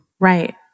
Right